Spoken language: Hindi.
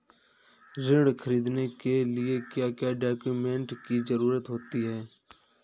ऋण ख़रीदने के लिए क्या क्या डॉक्यूमेंट की ज़रुरत होती है?